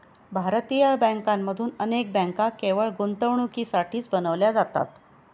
भारतीय बँकांमधून अनेक बँका केवळ गुंतवणुकीसाठीच बनविल्या जातात